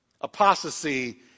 Apostasy